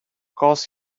course